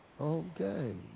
Okay